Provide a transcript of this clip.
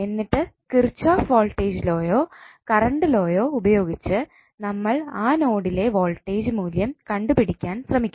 എന്നിട്ട് Kirchhoff voltage ലോയോ current ലോയോ ഉപയോഗിച്ച് നമ്മൾ ആ നോഡിലെ വോൾടേജ് മൂല്യം കണ്ടു പിടിക്കാൻ ശ്രമിക്കുന്നു